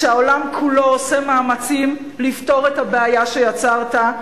כשהעולם כולו עושה מאמצים לפתור את הבעיה שיצרת,